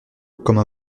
comme